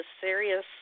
serious